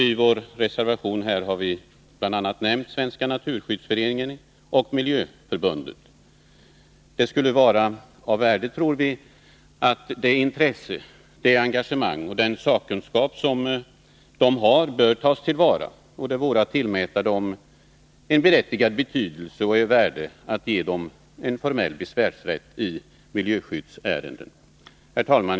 I vår reservation har vi bl.a. nämnt Svenska naturskyddsföreningen och Miljöförbundet. Det skulle vara av värde, tror vi, att det intresse, det engagemang och den sakkunskap som de har tas till vara. Det vore att tillmäta dem en berättigad betydelse att ge dem formell besvärsrätt i miljöskyddsärenden. Herr talman!